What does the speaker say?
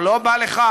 או לא בא לך,